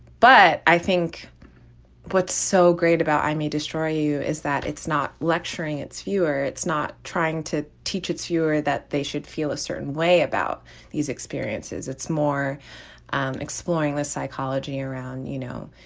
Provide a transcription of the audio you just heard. but i think what's so great about me destroy you is that it's not lecturing. it's fewer, it's not trying to teach. it's you're that they should feel a certain way about these experiences. it's more exploring the psychology around, you know,